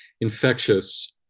infectious